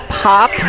pop